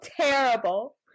terrible